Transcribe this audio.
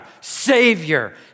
Savior